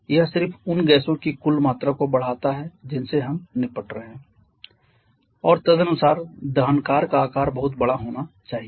यह सिर्फ उन गैसों की कुल मात्रा को बढ़ाता है जिनसे हम निपट रहे हैं और तदनुसार दहनकार का आकार बहुत बड़ा होना चाहिए